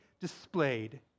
displayed